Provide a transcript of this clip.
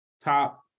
top